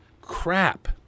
crap